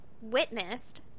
witnessed